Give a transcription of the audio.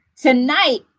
tonight